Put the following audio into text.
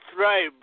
right